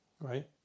right